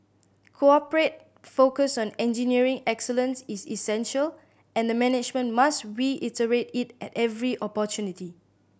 corporate focus on engineering excellence is essential and the management must reiterate it at every opportunity